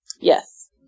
Yes